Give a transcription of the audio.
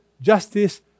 justice